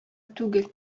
түгел